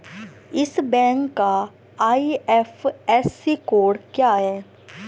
इस बैंक का IFSC code क्या है?